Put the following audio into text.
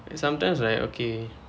sometimes right okay